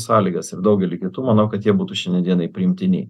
sąlygas ir daugelį kitų manau kad jie būtų šiandien dienai priimtini